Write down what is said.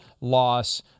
loss